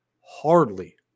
hardly